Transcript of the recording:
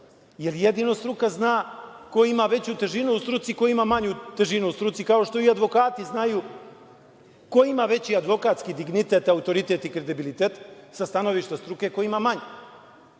jer jedino struka zna ko ima veću težinu u struci a ko ima manju težinu u struci, kao što i advokati znaju ko ima veći advokatski dignitet, autoritet i kredibilitet sa stanovišta struke a ko ima manji. Ali,